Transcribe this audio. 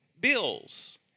bills